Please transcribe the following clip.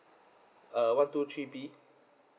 uh one two three B